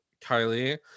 kylie